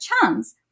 Chance